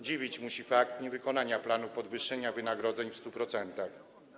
Dziwić musi fakt niewykonania planu podwyższenia wynagrodzeń w 100%.